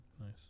Nice